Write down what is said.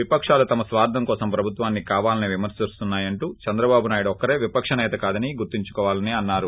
విపకాలు తమ స్వార్ధం కోసం ప్రభుత్వాన్ని కావాలనే విమర్పిస్తున్నాయని అంటూ చంద్రబాబు నాయుడు ఒక్కరే విపక్ష నేత కాదనీ గుర్తుంచుకోవాలనీ తీన్నారు